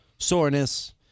Soreness